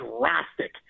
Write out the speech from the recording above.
drastic